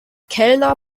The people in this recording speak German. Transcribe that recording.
kellner